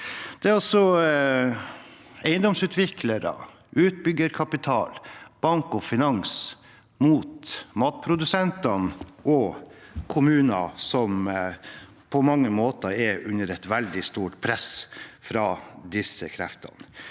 eiendomsutviklere, utbyggerkapital og bank og finans mot matprodusenter og kommuner, som på mange måter er under et veldig stort press fra disse kreftene.